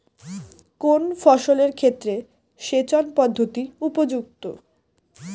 কোন ফসলের ক্ষেত্রে সেচন পদ্ধতি উপযুক্ত?